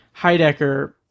Heidecker